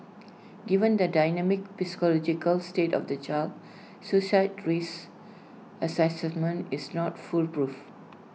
given the dynamic psychological state of the child suicide risk Assessment is not foolproof